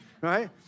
right